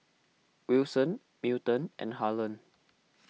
Wilson Milton and Harland